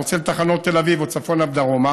רוצה לתחנות תל אביב או צפונה ודרומה,